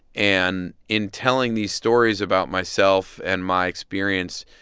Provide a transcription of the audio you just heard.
and in telling these stories about myself and my experience,